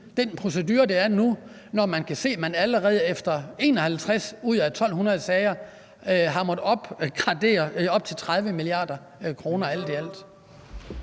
den procedure, der er nu, når man kan se, at man allerede efter 51 ud af 1.200 sager har måttet opjustere op til 30 mia. kr. alt i alt?